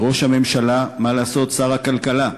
וראש הממשלה, מה לעשות, שר הכלכלה,